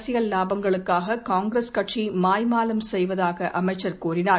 அரசியல் வாபங்களுக்காக காங்கிரஸ் கட்சி மாய்மாலம் செய்வதாக அமைச்சர் கூறினார்